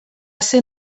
ser